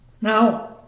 Now